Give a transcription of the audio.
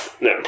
no